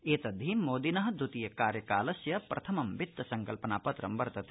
एतद्धि मोदिन द्वितीय कार्यकालस्य प्रथमं वित्त संकल्पना पत्र वर्तते